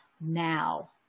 now